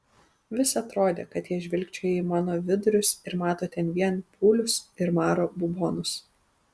vis atrodė kad jie žvilgčioja į mano vidurius ir mato ten vien pūlius ir maro bubonus